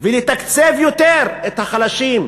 ולתקצב יותר את החלשים,